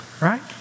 right